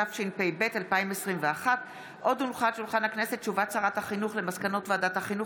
התשפ"ב 2021. תשובת שרת החינוך על מסקנות ועדת החינוך,